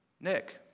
Nick